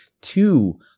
two